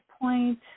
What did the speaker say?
point